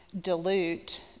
dilute